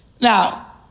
Now